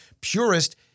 purist